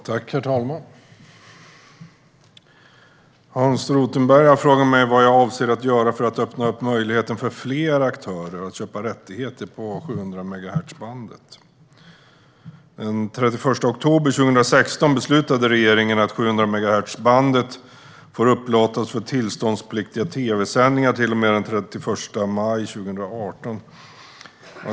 Herr talman! Hans Rothenberg har frågat mig vad jag avser att göra för att öppna upp möjligheten för fler aktörer att köpa rättigheter på 700-megahertzbandet. Den 31 oktober 2016 beslutade regeringen att 700-megahertzbandet får upplåtas för tillståndspliktiga tv-sändningar till och med den 31 maj 2018.